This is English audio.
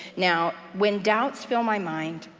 now when doubts fill my mind,